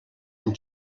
amb